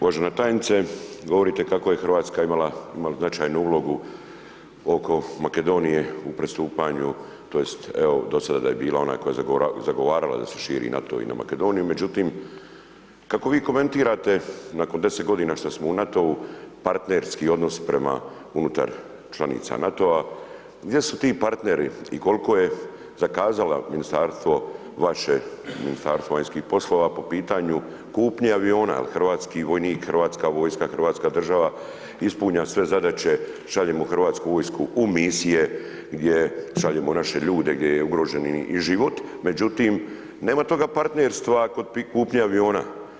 Uvažena tajnice, govorite kako je Hrvatska imala značajnu ulogu oko Makedonije u pristupanju tj. evo do sada da je bila ona koja je zagovarala da se širi NATO i na Makedoniju međutim, kako vi komentirate nakon 10 g. što smo u NATO-u, partnerski odnos prema unutar članica NATO-a, gdje su ti partneri i koliko je zakazalo ministarstvo vaše, Ministarstvo vanjskih poslova po pitanju kupnje aviona jer hrvatski vojnik, hrvatska vojska, hrvatska država ispunjava sve zadaće, šaljemo hrvatsku vojsku u misije gdje šaljemo naše ljude gdje je ugroženi i život međutim, nema toga partnerstva kod kupnje aviona.